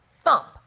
thump